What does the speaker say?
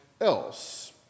else